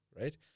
right